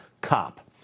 cop